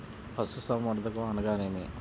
పశుసంవర్ధకం అనగానేమి?